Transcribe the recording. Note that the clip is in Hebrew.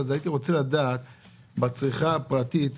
הייתי רוצה לדעת בצריכה הפרטית,